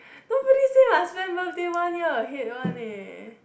nobody say I spend birthday one year ahead one leh